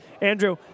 Andrew